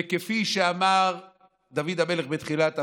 וכפי שאמר דוד המלך בתחילת הפסוק: